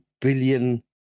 billion